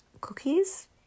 cookies